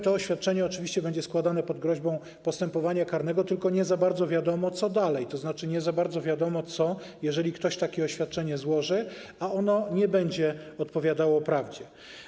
To oświadczenie oczywiście będzie składane pod groźbą postępowania karnego, tylko nie za bardzo wiadomo, co dalej, tzn. nie za bardzo wiadomo, co będzie w przypadku, gdy ktoś takie oświadczenie złoży, a ono nie będzie zgodne z prawdą.